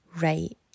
right